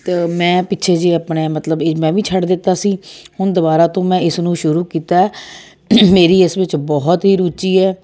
ਅਤੇ ਮੈਂ ਪਿੱਛੇ ਜਿਹੇ ਆਪਣੇ ਮਤਲਬ ਇਹ ਮੈਂ ਵੀ ਛੱਡ ਦਿੱਤਾ ਸੀ ਹੁਣ ਦੁਬਾਰਾ ਤੋਂ ਮੈਂ ਇਸ ਨੂੰ ਸ਼ੁਰੂ ਕੀਤਾ ਹੈ ਮੇਰੀ ਇਸ ਵਿੱਚ ਬਹੁਤ ਹੀ ਰੁਚੀ ਹੈ